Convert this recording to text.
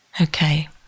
okay